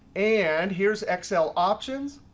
and here's excel options,